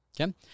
Okay